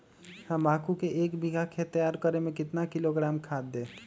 तम्बाकू के एक बीघा खेत तैयार करें मे कितना किलोग्राम खाद दे?